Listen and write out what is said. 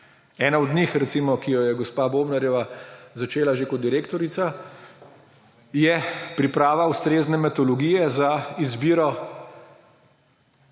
Ena od njih, recimo, ki jo je gospa Bobnarjeva začela že kot direktorica, je priprava ustrezne metodologije za izbiro